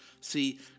See